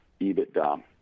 EBITDA